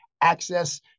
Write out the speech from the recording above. access